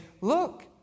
look